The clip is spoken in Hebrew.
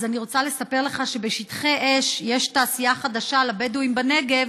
אז אני רוצה לספר לך שבשטחי אש יש תעשייה חדשה לבדואים בנגב,